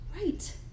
Right